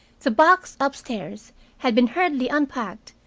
the box upstairs had been hurriedly unpacked,